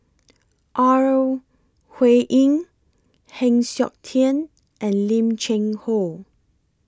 Ore Huiying Heng Siok Tian and Lim Cheng Hoe